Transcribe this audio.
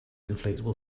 inflatable